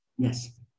Yes